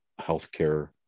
healthcare